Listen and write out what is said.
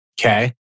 Okay